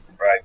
right